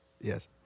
Yes